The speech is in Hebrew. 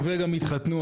גם התחתנו,